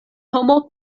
homo